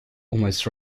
almost